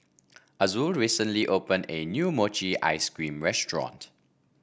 Azul recently opened a new Mochi Ice Cream restaurant